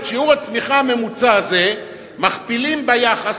את שיעור הצמיחה הממוצע הזה מכפילים ביחס,